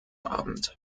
abend